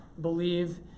believe